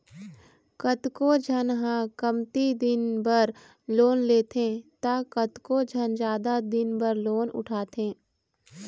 कतको झन ह कमती दिन बर लोन लेथे त कतको झन जादा दिन बर लोन उठाथे